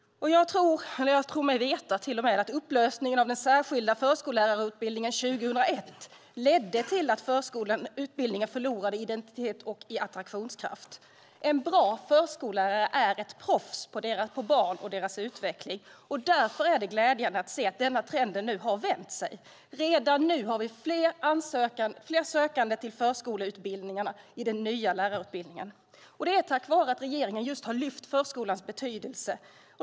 Jag tror mig veta att upplösningen av den särskilda förskollärarutbildningen 2001 ledde till att förskolans utbildningar förlorade identitet och attraktionskraft. En bra förskola är proffs på barn och deras utveckling. Därför är det glädjande att se att trenden nu har vänt. Redan nu är det fler sökande till förskollärarutbildningarna i den nya lärarutbildningen. Det är tack vare att regeringen har lyft upp förskolans betydelse.